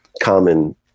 common